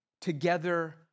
together